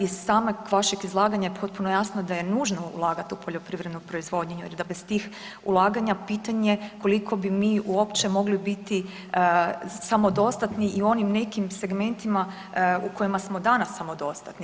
Iz samog vašeg izlaganja potpuno je jasno da je nužno ulagat u poljoprivrednu proizvodnju jer da bez tih ulaganja pitanje koliko bi mi uopće mogli biti samodostatni i u onim nekim segmentima u kojima smo danas samodostatni.